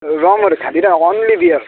रमहरू खाँदिनँ only beer